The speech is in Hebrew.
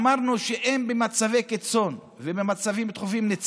אמרנו שאם יש מצבי קיצון ומצבים דחופים,